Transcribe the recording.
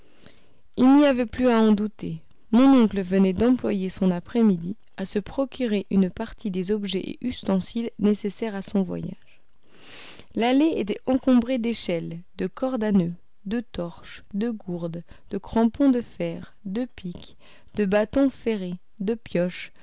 il n'y avait plus à en douter mon oncle venait d'employer son après-midi à se procurer une partie des objets et ustensiles nécessaires à son voyage l'allée était encombrée d'échelles de cordes à noeuds de torches de gourdes de crampons de fer de pics de bâtons ferrés de pioches